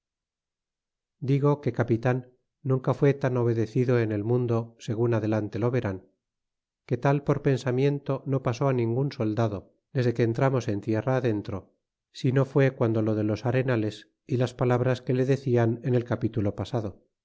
digo que chitan nunca fué tan obedecido en el mundo segun adelante lo verán que tal por pensamiento no pasó ningun soldado desde que entramos en tierra adentro sino fue guando lo de los arenales y las palabras que le decian en el capitulo pasado